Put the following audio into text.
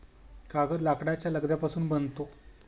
कागद लाकडाच्या लगद्यापासून बनतो